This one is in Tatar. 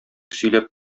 сөйләп